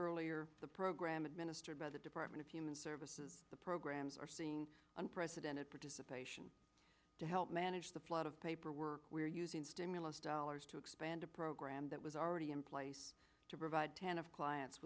earlier the program administered by the department of human services the programs are seen unprecedented participation to help manage the flood of paperwork we're using stimulus dollars to expand a program that was already in place to provide ten of clients